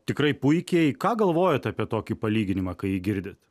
tikrai puikiai ką galvojat apie tokį palyginimą kai jį girdit